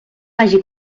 vagi